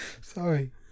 Sorry